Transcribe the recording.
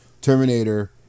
terminator